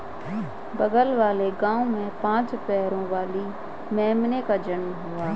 बगल वाले गांव में पांच पैरों वाली मेमने का जन्म हुआ है